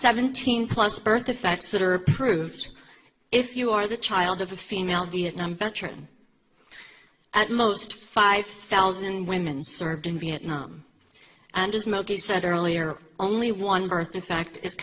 seventeen plus birth defects that are approved if you are the child of a female vietnam veteran at most five thousand women served in vietnam and has mostly said earlier only one birth in fact i